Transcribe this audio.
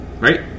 Right